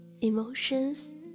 emotions